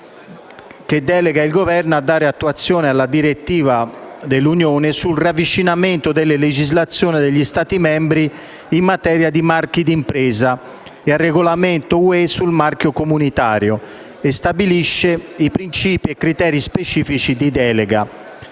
che delega il Governo a dare attuazione alla direttiva dell'Unione sul ravvicinamento delle legislazioni degli Stati membri in materia di marchi di impresa e al regolamento UE sul marchio comunitario, e stabilisce princìpi e criteri specifici di delega.